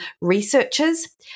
researchers